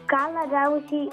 ką labiausiai